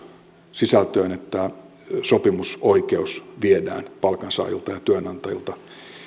sisältöön että sopimusoikeus viedään palkansaajilta ja työnantajilta